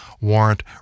warrant